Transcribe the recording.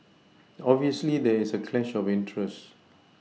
obviously there is a clash of interest